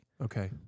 okay